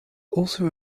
also